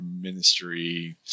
ministry